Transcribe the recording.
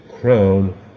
crown